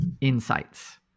insights